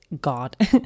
God